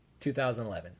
2011